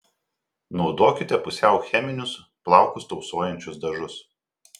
naudokite pusiau cheminius plaukus tausojančius dažus